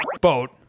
boat